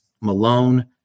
Malone